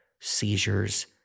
seizures